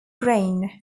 grain